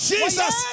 Jesus